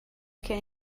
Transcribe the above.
can